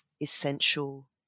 essential